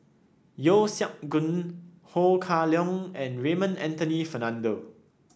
Yeo Siak Goon Ho Kah Leong and Raymond Anthony Fernando